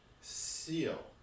seal